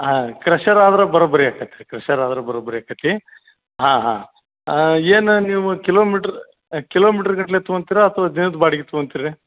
ಹಾಂ ಕ್ರಶರ್ ಆದ್ರೆ ಬರೋಬ್ಬರಿ ಆಗತ್ ರೀ ಕ್ರಶರ್ ಆದ್ರೆ ಬರೋಬ್ಬರಿ ಆಕತಿ ಹಾಂ ಹಾಂ ಏನು ನೀವು ಕಿಲೋಮೀಟ್ರ್ ಕಿಲೋಮೀಟ್ರ್ಗಟ್ಟಲೆ ತಗೊತೀರಾ ಅಥವಾ ದಿನದ ಬಾಡಿಗೆ ತಗೊತೀರಿ